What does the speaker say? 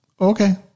okay